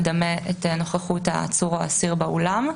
שמדמה את נוכחות העצור או האסיר באולם.